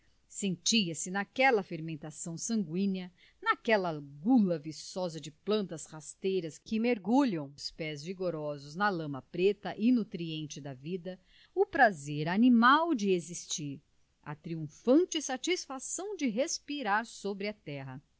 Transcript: sentia-se naquela fermentação sangüínea naquela gula viçosa de plantas rasteiras que mergulham os pés vigorosos na lama preta e nutriente da vida o prazer animal de existir a triunfante satisfação de respirar sobre a terra